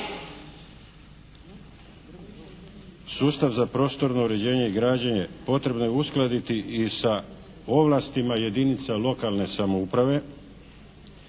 Sustav za prostorno uređenje i građenje potrebno je uskladiti i sa ovlastima jedinica lokalne samouprave